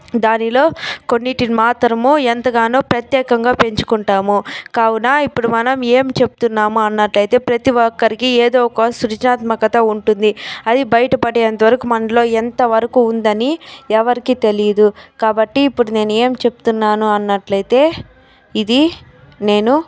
దానిలో కొన్నిటిని మాత్రము ఎంతగానో ప్రత్యేకంగా పెంచుకుంటాము కావున ఇప్పుడు మనం ఏం చెప్తున్నామో అన్నట్లు అయితే ప్రతి ఒక్కరికి ఏదో ఒక సృజాత్మకత ఉంటుంది అది బయటపడేంత వరకు మనలో ఎంతవరకు ఉందని ఎవరికి తెలియదు కాబట్టి ఇప్పుడు నేను ఏం చెప్తున్నాను అన్నట్లయితే ఇది నేను